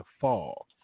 fall